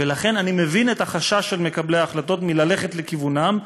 ולכן אני מבין את החשש של מקבלי ההחלטות מללכת בכיוונם,